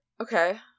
Okay